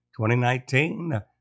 2019